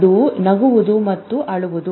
ಅದು ನಗುವುದು ಮತ್ತು ಅಳುವುದು